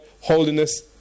holiness